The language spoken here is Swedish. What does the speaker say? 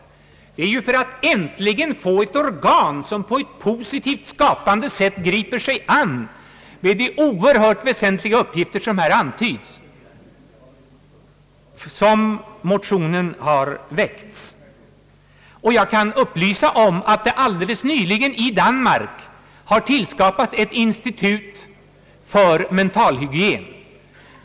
Vi har ju väckt motionen för att äntligen få ett organ som på ett positivt skapande sätt griper sig an med de väsentliga uppgifter som här antytts. Jag kan upplysa om att i Danmark har alldeles nyligen tillskapats ett institut för mentalhygien.